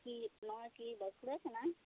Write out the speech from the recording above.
ᱱᱚᱣᱟ ᱠᱤ ᱵᱟᱠᱩᱲᱟ ᱠᱟᱱᱟ